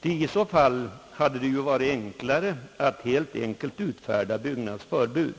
ty i så fall hade det ju varit enklare att utfärda byggnadsförbud.